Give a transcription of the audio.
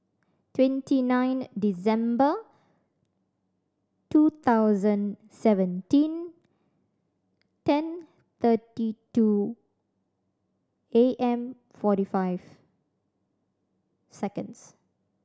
twenty nine December two thousand seventeen ten thirty two A M forty five seconds